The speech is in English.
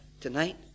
tonight